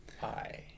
Hi